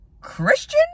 Christian